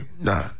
Nah